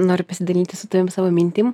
noriu pasidalinti su tavim savo mintim